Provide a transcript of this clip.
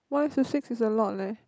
one is to six is a lot leh